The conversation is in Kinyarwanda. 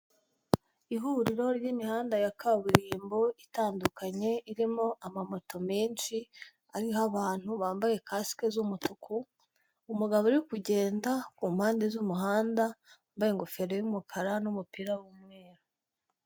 Ihuriro ry'imihanda ya kaburimbo itandukanye irimo amamoto menshi ariho abantu bambaye kasike z'umutuku, umugabo uri kugenda ku mpande z'umuhanda wambaye ingofero y'umukara n'umupira w'umweru.